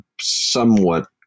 somewhat